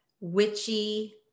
Witchy